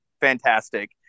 fantastic